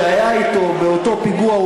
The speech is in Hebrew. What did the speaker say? שהיה אתו באותו פיגוע,